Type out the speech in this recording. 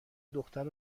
دختر